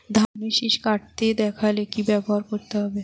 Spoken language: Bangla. ধানের শিষ কাটতে দেখালে কি ব্যবহার করতে হয়?